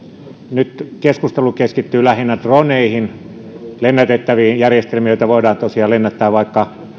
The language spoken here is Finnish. nyt keskustelu keskittyy lähinnä droneihin lennätettäviin järjestelmiin joita voidaan tosiaan lennättää vaikka